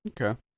Okay